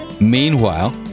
Meanwhile